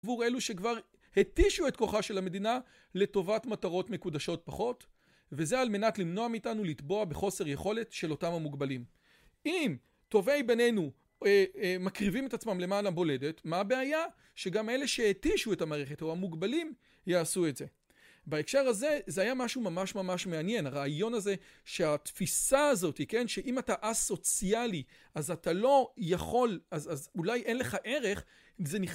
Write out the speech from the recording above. עבור אלו שכבר התישו את כוחה של המדינה לטובת מטרות מקודשות פחות וזה על מנת למנוע מאיתנו לטבוע בחוסר יכולת של אותם המוגבלים. אם טובי בנינו מקריבים את עצמם למען המולדת מה הבעיה שגם אלה שהתישו את המערכת או המוגבלים יעשו את זה. בהקשר הזה זה היה משהו ממש ממש מעניין הרעיון הזה שהתפיסה הזאת כן שאם אתה א-סוציאלי אז אתה לא יכול אז אולי אין לך ערך זה